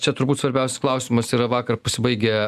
čia turbūt svarbiausias klausimas yra vakar pasibaigę